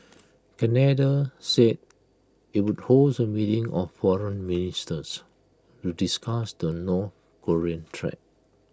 Canada said IT would host A meeting of foreign ministers to discuss the north Korean threat